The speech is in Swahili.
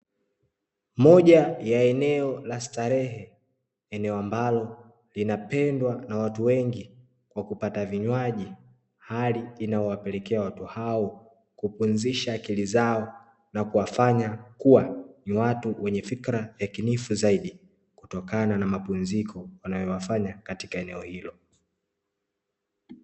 Moja ya eneo la starehe eneo ambalo linapendwa na watu wengi kwa kupata vinywaji, hali inayowapelekea watu hao kupumzisha, akili zao na kuwafanya kuwa ni watu wenye fikra yakinifu zaidi kutokana na mapumziko wanayoyafanya katika eneo hilo.